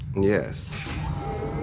Yes